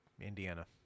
indiana